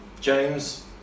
James